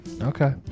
okay